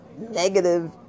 Negative